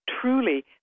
Truly